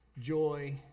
joy